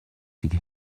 دیگه